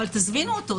אבל תזמינו אותו.